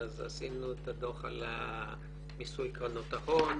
אז עשינו את הדוח על מיסוי קרנות ההון,